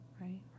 right